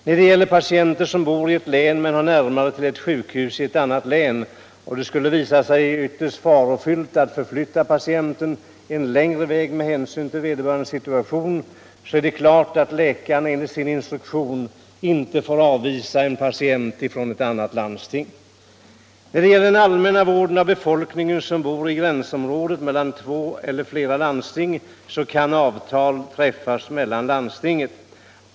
När det gäller patienter som bor i ett visst län men har närmare till eu sjukhus i ett annat län och det skulle visa sig ytterst farofyllt att förflytta en patient en längre väg med hänsyn till vederbörandes situation är det klart att en läkare enligt sin instruktion inte får avvisa en patient från ett annat landsting. I fråga om den allmänna vården av en befolkning som bor i ett gränsområde mellan två eller flera landsting kan avtal träffas mellan landstingen.